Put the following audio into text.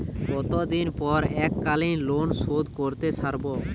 কতদিন পর এককালিন লোনশোধ করতে সারব?